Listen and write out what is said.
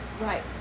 Right